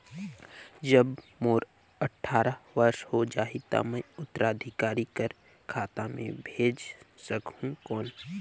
जब मोर अट्ठारह वर्ष हो जाहि ता मैं उत्तराधिकारी कर खाता मे भेज सकहुं कौन?